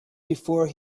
before